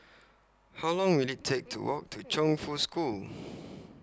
How Long Will IT Take to Walk to Chongfu School